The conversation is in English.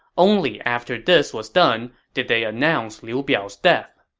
only after this was done did they announce liu biao's death